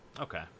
Okay